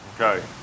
okay